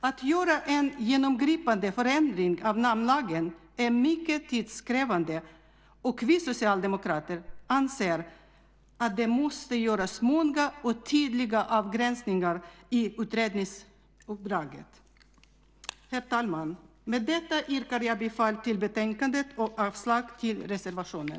Att göra en genomgripande förändring av namnlagen är mycket tidskrävande, och vi socialdemokrater anser att det måste göras många och tydliga avgränsningar i utredningsuppdraget. Herr talman! Med detta yrkar jag bifall till utskottets förslag i betänkandet och avslag på reservationen.